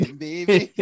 baby